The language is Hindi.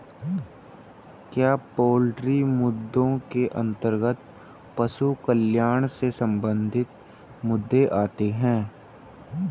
क्या पोल्ट्री मुद्दों के अंतर्गत पशु कल्याण से संबंधित मुद्दे आते हैं?